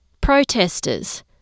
protesters